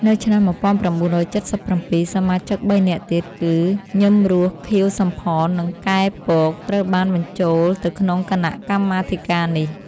នៅឆ្នាំ១៩៧៧ សមាជិកបីនាក់ទៀតគឺ ញឹម រស់ ខៀវ សំផន និង កែ ពក ត្រូវបានបញ្ចូលទៅក្នុងគណៈកម្មាធិការនេះ ។